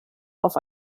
auf